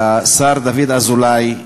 לשר דוד אזולאי,